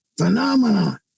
phenomenon